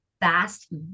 fast